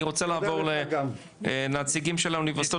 אני רוצה לעבור לנציגים של האוניברסיטאות